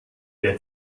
der